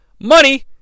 money